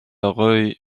rueil